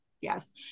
Yes